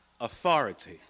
Authority